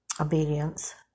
obedience